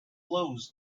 flows